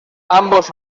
ambos